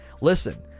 Listen